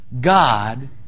God